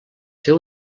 ser